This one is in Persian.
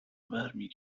برمی